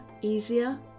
easier